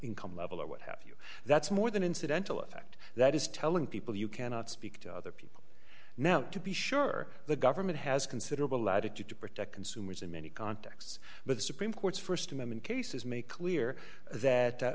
income level or what have you that's more than incidental effect that is telling people you cannot speak to other people now to be sure the government has considerable latitude to protect consumers in many contexts but the supreme court's st amendment cases make clear that